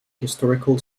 historical